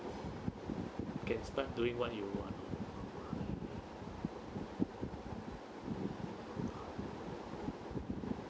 can start doing what you want